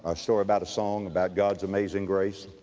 a story about a song about god's amazing grace.